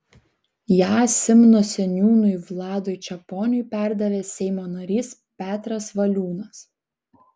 ją simno seniūnui vladui čeponiui perdavė seimo narys petras valiūnas